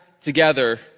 together